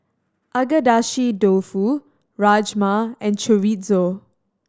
Agedashi Dofu Rajma and Chorizo